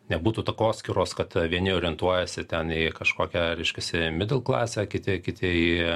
nebūtų takoskyros kad vieni orientuojasi ten į kažkokią reiškiasi midl klasę kiti kiti į